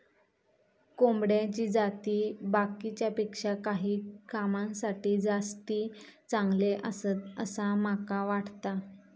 कोंबड्याची जाती बाकीच्यांपेक्षा काही कामांसाठी जास्ती चांगले आसत, असा माका वाटता